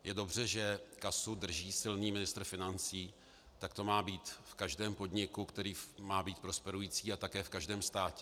Je dobře, že kasu drží silný ministr financí, tak to má být v každém podniku, který má být prosperující, a také v každém státě.